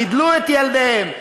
גידלו את ילדיהם,